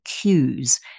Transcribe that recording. cues